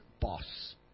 boss